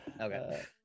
okay